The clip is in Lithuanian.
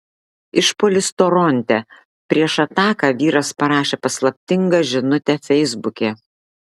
išpuolis toronte prieš ataką vyras parašė paslaptingą žinutę feisbuke